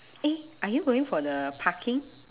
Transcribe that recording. eh are you going for the parking